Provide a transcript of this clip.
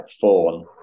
Fawn